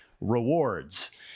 rewards